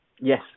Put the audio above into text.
Yes